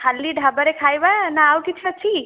ଖାଲି ଢାବା ରେ ଖାଇବା ନାଁ ଆଉ କିଛି ଅଛି